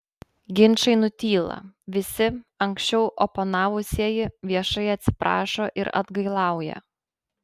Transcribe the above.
ginčai nutyla visi anksčiau oponavusieji viešai atsiprašo ir atgailauja